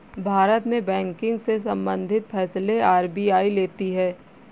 भारत में बैंकिंग से सम्बंधित फैसले आर.बी.आई लेती है